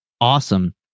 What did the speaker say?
awesome